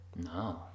No